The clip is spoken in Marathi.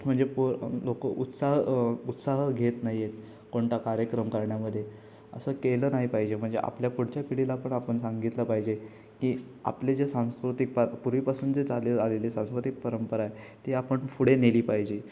म्हणजे पो लोकं उत्साह उत्साह घेत नाहीयेत कोणता कार्यक्रम करण्यामध्ये असं केलं नाही पाहिजे म्हणजे आपल्या पुढच्या पिढीला पण आपण सांगितलं पाहिजे की आपले जे सांस्कृतिक पार पूर्वीपासून जे चालेल आलेले सांस्कृतिक परंपरा आहे ती आपण पुढे नेली पाहिजे